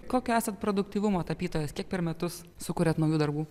kokio esat produktyvumo tapytojas kiek per metus sukuriat naujų darbų